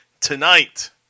tonight